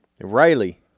Riley